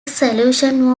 solution